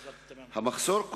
המחסור,